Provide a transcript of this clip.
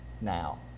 now